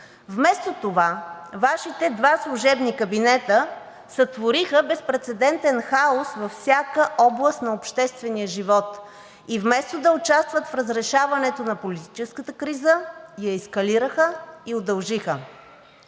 Вместо това Вашите два служебни кабинета сътвориха безпрецедентен хаос във всяка област на обществения живот и вместо да участват в разрешаването на политическата криза, я ескалираха и удължиха.